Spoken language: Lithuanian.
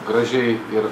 gražiai ir